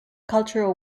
cultural